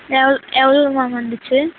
எவ்வளோ எவ்வளோ மேம் வந்துச்சு